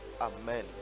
Amen